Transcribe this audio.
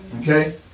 Okay